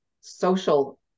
social